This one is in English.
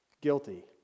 guilty